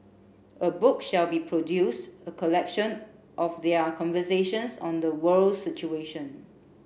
a book shall be produced a collection of their conversations on the world's situation